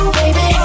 baby